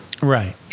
Right